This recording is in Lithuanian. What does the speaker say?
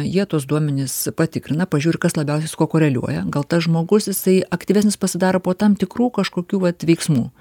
jie tuos duomenis patikrina pažiūri kas labiausiais su kuo koreliuoja gal tas žmogus jisai aktyvesnis pasidaro po tam tikrų kažkokių vat veiksmų